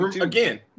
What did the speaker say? Again